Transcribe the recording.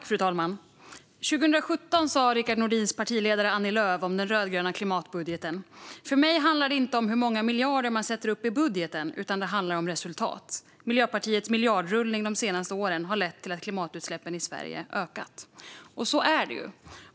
Fru talman! År 2017 sa Rickard Nordins partiledare Annie Lööf om den rödgröna klimatbudgeten: "För mig handlar det inte om hur många miljarder man sätter upp i budget, utan det handlar om resultat. Miljöpartiets miljardrullning de senaste åren har ju snarare lett till att klimatutsläppen i Sverige ökar." Så är det ju.